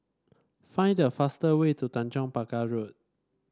find the fastest way to Tanjong Pagar Road